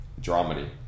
Dramedy